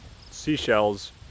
seashells